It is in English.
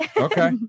Okay